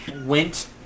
went